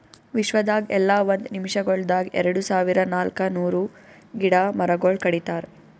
ವಿಶ್ವದಾಗ್ ಎಲ್ಲಾ ಒಂದ್ ನಿಮಿಷಗೊಳ್ದಾಗ್ ಎರಡು ಸಾವಿರ ನಾಲ್ಕ ನೂರು ಗಿಡ ಮರಗೊಳ್ ಕಡಿತಾರ್